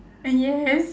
yes